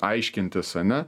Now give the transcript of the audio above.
aiškintis ane